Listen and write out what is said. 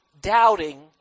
doubting